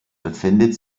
befindet